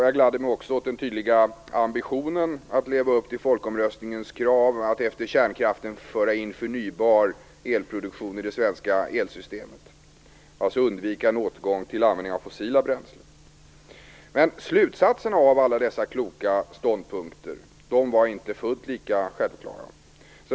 Jag gladde mig också över den tydliga ambitionen att leva upp till folkomröstningens krav på att efter kärnkraften föra in förnybar elproduktion i det svenska elsystemet, dvs. att undvika en återgång till användning av fossila bränslen. Men slutsatsen av alla dessa kloka ståndpunkter var inte fullt lika självklara.